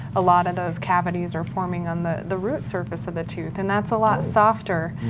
a lot of those cavities are form and on the the root surface of the tooth and that's a lot softer